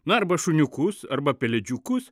na arba šuniukus arba pelėdžiukus